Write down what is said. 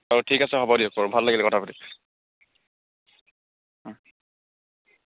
বাৰু ঠিক আছে হ'ব দিয়ক বাৰু ভাল লাগিলে কথা পাতি